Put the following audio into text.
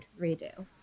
redo